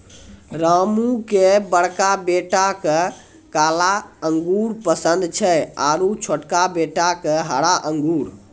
रामू के बड़का बेटा क काला अंगूर पसंद छै आरो छोटका बेटा क हरा अंगूर